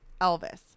Elvis